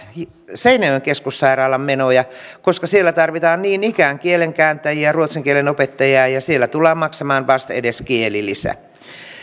seinäjoen keskussairaalan menoja koska siellä tarvitaan niin ikään kielenkääntäjiä ruotsin kielen opettajia ja ja siellä tullaan maksamaan vastedes kielilisä